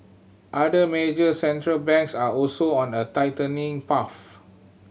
other major Central Banks are also on a tightening path